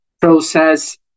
process